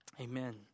Amen